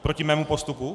Proti mému postupu?